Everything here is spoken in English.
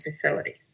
facilities